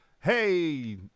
hey